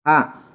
હા